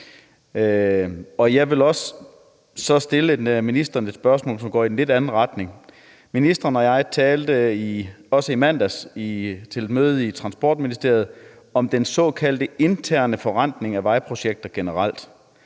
Jeg vil så også stille ministeren et spørgsmål, som går i en lidt anden retning. Ministeren og jeg talte på et møde i Transportministeriet om den såkaldte interne forrentning af vejprojekter generelt.